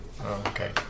Okay